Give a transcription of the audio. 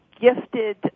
gifted